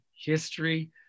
history